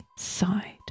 side